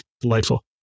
Delightful